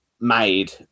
made